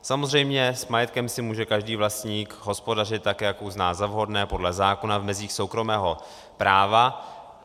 Samozřejmě, s majetkem si může každý vlastník hospodařit tak, jak uzná za vhodné, podle zákona, v mezích soukromého práva.